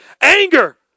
Anger